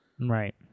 Right